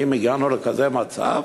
האם הגענו לכזה מצב